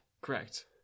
Correct